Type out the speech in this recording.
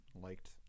liked